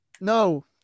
No